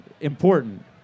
important